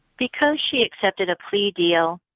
because she accepted a plea deal,